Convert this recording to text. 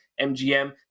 MGM